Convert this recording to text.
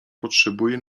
potrzebuje